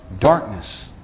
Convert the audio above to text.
darkness